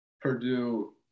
Purdue